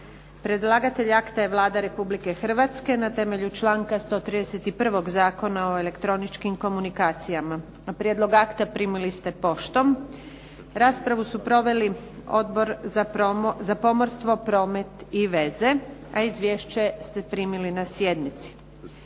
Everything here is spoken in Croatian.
Predlagatelj akta je Vlada Republike Hrvatske na temelju članka 131. Zakona o elektroničkim komunikacijama. Prijedlog akta primili ste poštom. Raspravu su proveli Odbor za pomorstvo, promet i veze, a izvješće ste primili na sjednici.